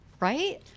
Right